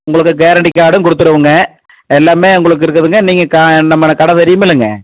உங்களுக்கு கேரண்ட்டி கார்டும் கொடுத்துடுவோங்க எல்லாமே உங்களுக்கு இருக்குதுங்க நீங்கள் கா நம்மள கட தெரியுமில்லைங்க